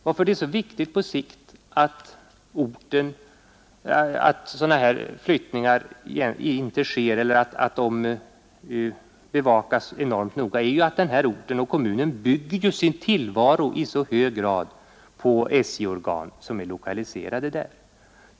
Varför de här frågorna är så viktiga på sikt beror ju på att orten och kommunen i så hög grad bygger sin tillvaro på de SJ-organ som är lokaliserade där.